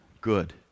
Good